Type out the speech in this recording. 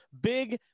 Big